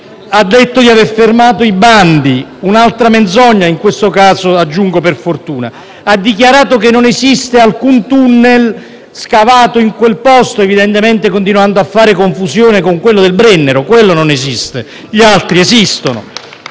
Ha detto di aver fermato i bandi; un'altra menzogna (in questo, aggiungo, per fortuna). Ha dichiarato che non esiste alcun *tunnel* scavato in quel posto, evidentemente continuando a fare confusione con quello del Brennero. Quello non esiste, mentre gli altri esistono!